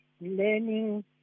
learning